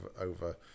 over